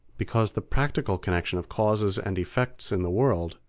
because the practical connection of causes and effects in the world,